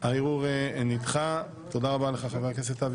3 נמנעים אין הערעור לא התקבל.